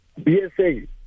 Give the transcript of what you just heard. BSA